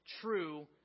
true